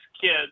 kids